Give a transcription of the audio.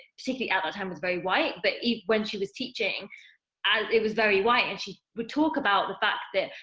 particularly at that time, was very white but even when she was teaching as it was very white. and she would talk about the fact that,